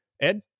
Ed